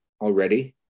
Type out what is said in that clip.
already